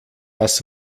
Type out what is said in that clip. das